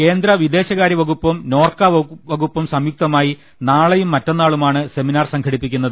കേന്ദ്ര വിദേശകാര്യ വകുപ്പും നോർക്ക വകുപ്പും സംയുക്തമായി നാളെയും മറ്റന്നാളു മാണ് സെമിനാർ സംഘടിപ്പിക്കുന്നത്